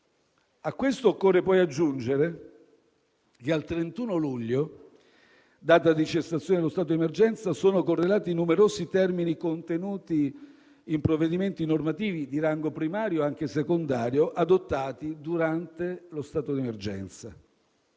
A questo occorre poi aggiungere che al 31 luglio, data di cessazione dello stato di emergenza, sono correlati numerosi termini contenuti in provvedimenti normativi di rango primario, e anche secondario, adottati durante lo stato di emergenza.